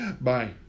Bye